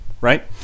right